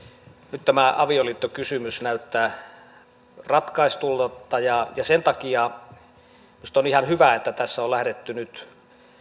nyt tämä avioliittokysymys näyttää ratkaistulta ja ja sen takia minusta on ihan hyvä että tässä on lähdetty nyt